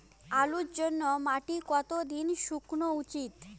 আলুর জন্যে মাটি কতো দিন শুকনো উচিৎ?